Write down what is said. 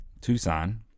Tucson